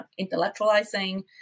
intellectualizing